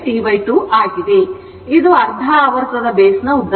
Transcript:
ಇದು ಅರ್ಧ ಆವರ್ತದ ಬೇಸ್ ನ ಉದ್ದವಾಗಿದೆ